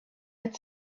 had